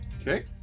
Okay